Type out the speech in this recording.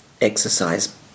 exercise